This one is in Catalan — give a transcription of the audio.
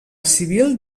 civil